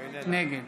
נגד